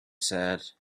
said